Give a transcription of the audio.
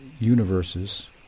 universes